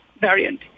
variant